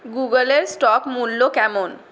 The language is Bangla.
গুগলের স্টক মূল্য কেমন